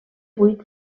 vuit